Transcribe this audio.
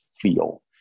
feel